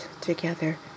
together